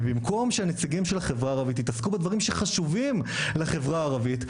ובמקום שהנציגים של החברה הערבית יתעסקו בדברים שחשובים לחברה הערבית,